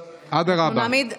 אדרבה.